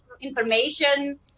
information